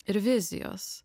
ir vizijos